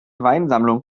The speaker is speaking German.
weinsammlung